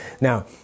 Now